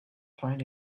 find